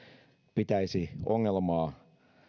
pitäisi ongelmaa